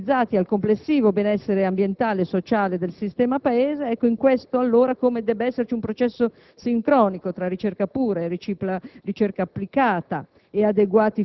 essi finalizzati al complessivo benessere ambientale e sociale del sistema Paese, deve esserci un processo sincronico tra ricerca pura e ricerca applicata,